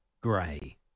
grey